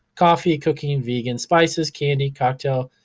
coffee, cooking, vegan, spices, candy, cocktail,